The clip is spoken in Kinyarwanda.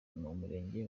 murenge